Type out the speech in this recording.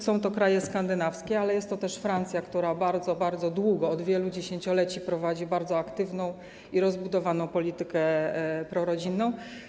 Są to kraje skandynawskie, ale jest to też Francja, która bardzo, bardzo długo, od wielu dziesięcioleci prowadzi bardzo aktywną i rozbudowaną politykę prorodzinną.